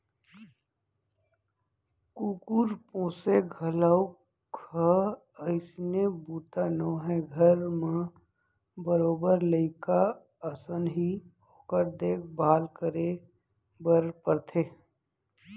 कुकुर पोसे घलौक ह अइसने बूता नोहय घर म बरोबर लइका असन ही ओकर देख भाल करे बर परथे